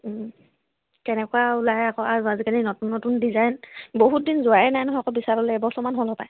কেনেকুৱা ওলাই আকৌ আৰু আজিকালি নতুন নতুন ডিজাইন বহুত দিন যোৱাই নাই নহয় আকৌ বিশাললৈ এবছৰমান হ'ল হপায়